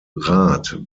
rat